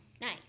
Nice